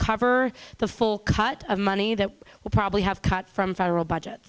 cover the full cut of money that will probably have cut from federal budget